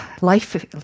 life